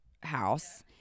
House